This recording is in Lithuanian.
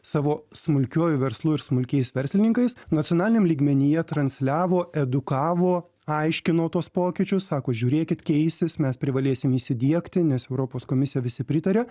savo smulkiuoju verslu ir smulkiais verslininkais nacionaliniam lygmenyje transliavo edukavo aiškino tuos pokyčius sako žiūrėkit keisis mes privalėsim įsidiegti nes europos komisija visi pritaria